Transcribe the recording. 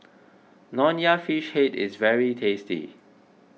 Nonya Fish Head is very tasty